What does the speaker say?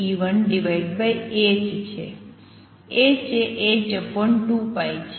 એ h2π છે